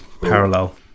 parallel